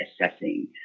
assessing